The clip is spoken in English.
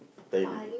thank